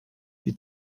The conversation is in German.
die